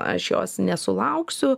aš jos nesulauksiu